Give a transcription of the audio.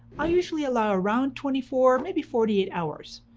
i usually allow around twenty four, maybe forty eight hours.